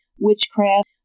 witchcraft